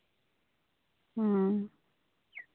ᱦᱮᱸ